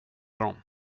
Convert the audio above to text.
dem